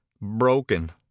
broken